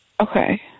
Okay